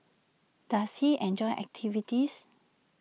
does he enjoy activities